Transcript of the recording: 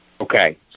Okay